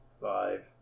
five